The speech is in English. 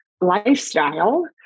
lifestyle